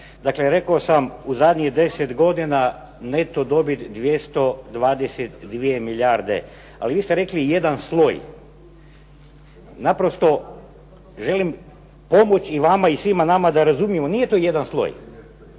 Marića, rekao sam u zadnjih 10 godina neto dobit 222 milijarde, ali vi ste rekli jedan sloj. Naprosto želim pomoći i vama i svima nama, da razumiju, nije to jedan sloj.